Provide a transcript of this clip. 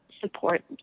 support